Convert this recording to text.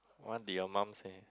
what did your mum say